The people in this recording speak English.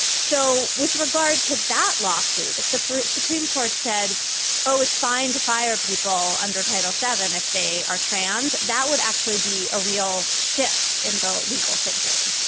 so with regard to that lawsuit if the supreme court said oh it's fine to fire people under title seven if they are trans that would actually be a real shift in the legal thinking.